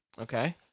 Okay